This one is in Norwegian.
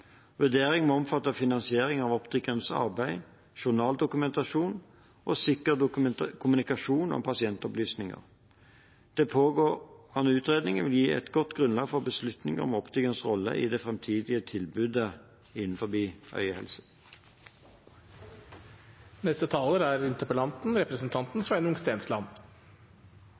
må omfatte finansiering av optikernes arbeid, journaldokumentasjon og sikker kommunikasjon om pasientopplysningene. De pågående utredningene vil gi et godt grunnlag for Hebeslutninger om optikernes rolle i det framtidige tilbudet innen øyehelse. Jeg vil takke statsråden for et utfyllende svar, som viser at dette er